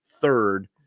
third